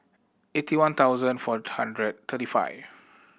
eighty one thousand four hundred thirty five